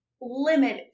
limit